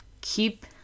keep